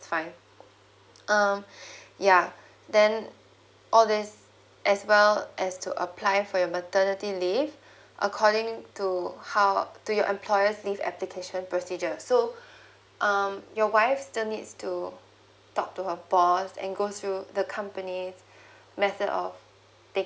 is fine uh yeah then all this as well as to apply for your maternity leave according to how to your employer leave application procedure so um your wife still needs to talk to her boss and go through the company method of taking